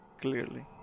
clearly